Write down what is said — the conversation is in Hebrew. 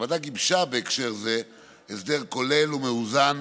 הוועדה גיבשה בהקשר זה הסדר כולל ומאוזן,